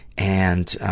and,